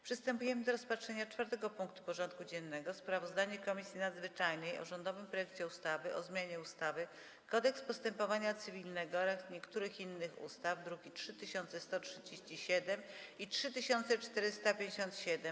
Przystępujemy do rozpatrzenia punktu 4. porządku dziennego: Sprawozdanie Komisji Nadzwyczajnej o rządowym projekcie ustawy o zmianie ustawy Kodeks postępowania cywilnego oraz niektórych innych ustaw (druki nr 3137 i 3457)